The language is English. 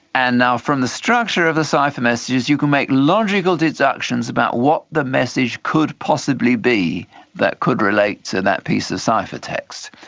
and from the structure of the cipher messages you can make logical deductions about what the message could possibly be that could relate to that piece of cipher text.